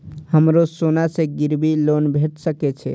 हमरो सोना से गिरबी लोन भेट सके छे?